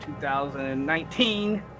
2019